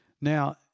Now